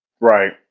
Right